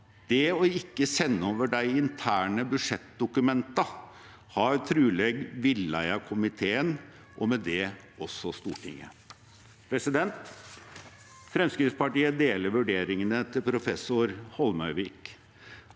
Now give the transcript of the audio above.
«Det å ikke sende over de interne budsjettdokumentene har trolig villedet komiteen, og med det også Stortinget.» Fremskrittspartiet deler vurderingene til professor Holmøyvik